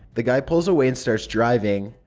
the guy pulls away and starts driving.